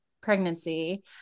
pregnancy